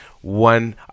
one